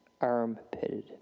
arm-pitted